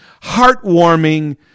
heartwarming